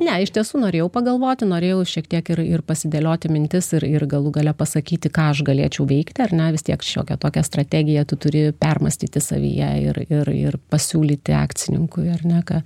ne iš tiesų norėjau pagalvoti norėjau šiek tiek ir ir pasidėlioti mintis ir ir galų gale pasakyti ką aš galėčiau veikti ar ne vis tiek šiokia tokia strategiją tu turi permąstyti savyje ir ir ir pasiūlyti akcininkui ar ne ką